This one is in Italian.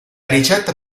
ricetta